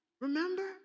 Remember